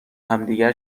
همدیگر